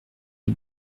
les